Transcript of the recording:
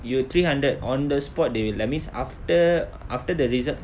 you will three hundred on the spot they'll that means after after the result